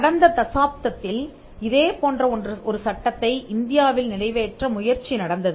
கடந்த தசாப்தத்தில் இதே போன்ற ஒரு சட்டத்தை இந்தியாவில் நிறைவேற்ற முயற்சி நடந்தது